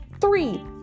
three